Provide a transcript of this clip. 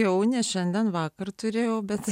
jau ne šiandien vakar turėjau bet